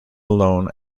alone